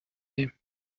ایم